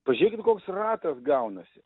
pažiekit koks ratas gaunasi